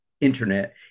internet